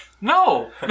No